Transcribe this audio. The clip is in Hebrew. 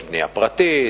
יש בנייה פרטית,